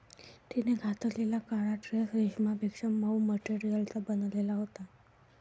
तिने घातलेला काळा ड्रेस रेशमापेक्षा मऊ मटेरियलचा बनलेला होता